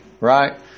right